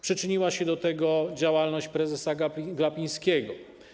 Przyczyniła się do tego działalność prezesa Glapińskiego.